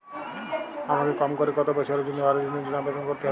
আমাকে কম করে কতো বছরের জন্য বাড়ীর ঋণের জন্য আবেদন করতে হবে?